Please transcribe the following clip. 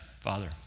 Father